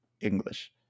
English